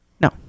No